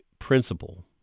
principle